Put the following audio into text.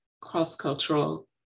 cross-cultural